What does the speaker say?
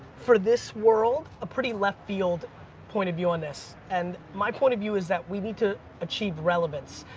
for this world, a pretty left field point of view on this and my point of view is that we need to achieve relevance.